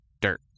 dirt